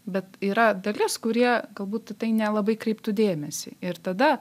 bet yra dalis kurie galbūt į tai nelabai kreiptų dėmesį ir tada